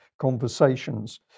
conversations